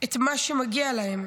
את מה שמגיע להם.